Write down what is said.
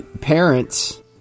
parents